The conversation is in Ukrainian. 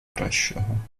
кращого